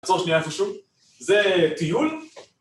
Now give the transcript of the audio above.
‫עצור שנייה איפשהו. זה טיול?